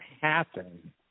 happen